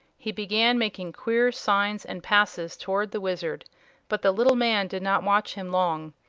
he began making queer signs and passes toward the wizard but the little man did not watch him long.